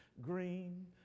green